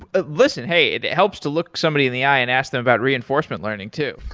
ah listen. hey, it helps to look somebody in the eye and ask them about reinforcement learning too.